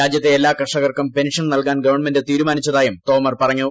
രാജ്യത്തെ എല്ലാ കർഷകർക്കും പെൻഷൻ നൽകാൻ ഗവൺമെന്റ് തീരുമാനിച്ചതായും തോമർ പറഞ്ഞു